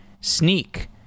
Sneak